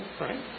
right